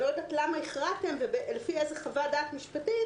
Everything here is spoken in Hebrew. אני לא יודעת למה הכרעתם ולפי איזו חוות דעת משפטית